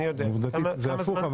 עובדתית זה הפוך.